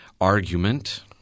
argument